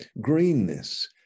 greenness